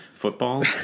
football